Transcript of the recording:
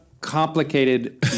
complicated